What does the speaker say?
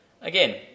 again